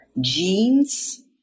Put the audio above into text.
genes